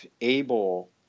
able